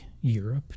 Europe